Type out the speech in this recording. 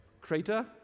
Crater